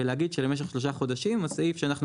ולהגיד שבמשך שלושה חודשים הסעיף שאנחנו